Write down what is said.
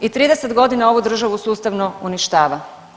I 30 godinu ovu državu sustavno uništava.